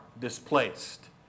displaced